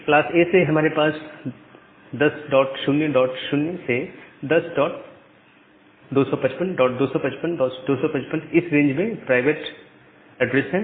class A से हमारे पास 10000 से 10255255255 इस रेंज में प्राइवेट एड्रेस है